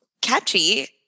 catchy